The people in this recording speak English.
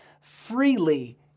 freely